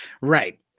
Right